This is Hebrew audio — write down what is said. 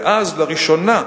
ואז, לראשונה,